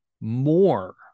more